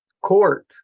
court